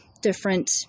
different